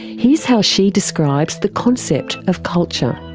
here's how she describes the concept of culture.